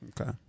Okay